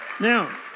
Now